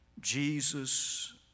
Jesus